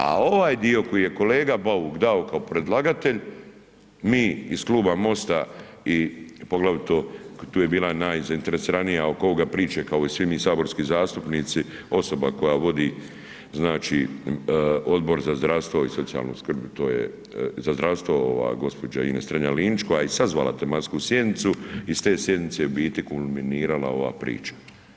A ovaj dio koji je kolega Bauk dao kao predlagatelj mi iz Kluba MOST-a i poglavito tu je bila najzainteresiranija ovo ovoga priče kao i svi mi saborski zastupnici, osoba koja vodi znači Odbor za zdravstvo i socijalnu skrb, to je za zdravstvo ova gđa. Ines Strenja Linić koja je i sazvala tematsku sjednicu iz te sjednice je u biti kulminirala ova priča.